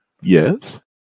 Yes